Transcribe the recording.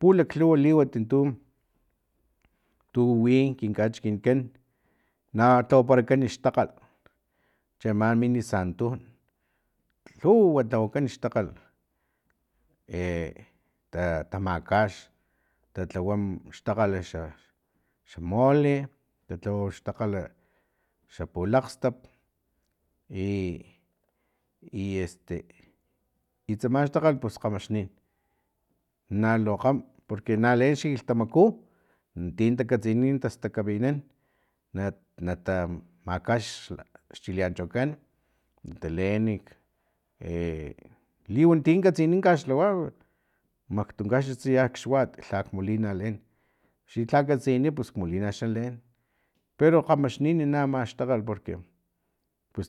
Pulaklhuwa liwati tu tu wi nkin kachikinkan na lhawaparakan xtakgal cheama mini santun lhuwa lhawakan xtakgal e ta tamakax talhawa xtalgal xa mole talhata xtakgal xa pulakgstap i i este i tsama xtakgal lu kgamaxnin na lu kgam porque na leen xa kilhtamaku tin takatsini tastakaminan nata makax xchileancho kan nataleen nak e liwan ti katsini kaxlhawa maktankaxnits ya kxuat lhak molina leen ti lha katsini pus molina leen pero kgamaxnin amaxax takgal porque pus